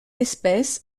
espèce